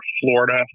Florida